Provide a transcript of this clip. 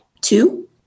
two